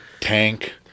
tank